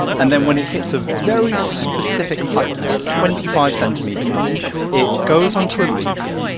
and then when it hits a very specific height like twenty five centimeters it goes onto a leaf,